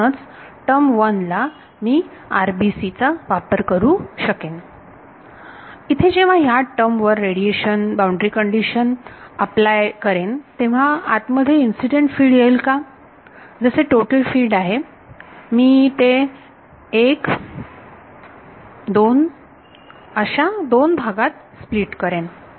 म्हणून term one ला मी RBC वापर करू शकेन इथे जेव्हा ह्या टर्म वर मी रेडिएशन बाउंड्री कंडिशन अप्लाय करेन तेव्हा आत मध्ये इन्सिडेंट फिल्ड येईल का जसे टोटल फील्ड आहे मी हे 1 2 अशा दोन भागात स्प्लिट करेन